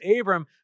Abram